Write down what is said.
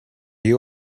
you